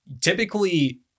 typically